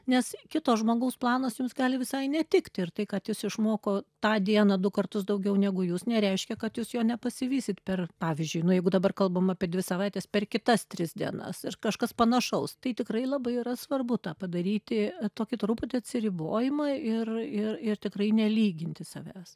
nes kito žmogaus planas jums gali visai netikti ir tai kad jis išmoko tą dieną du kartus daugiau negu jūs nereiškia kad jūs jo nepasivysit per pavyzdžiui nu jeigu dabar kalbam apie dvi savaites per kitas tris dienas ir kažkas panašaus tai tikrai labai yra svarbu tą padaryti tokį truputį atsiribojimą ir ir ir tikrai nelyginti savęs